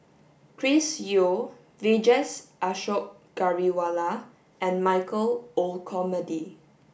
Chris Yeo Vijesh Ashok Ghariwala and Michael Olcomendy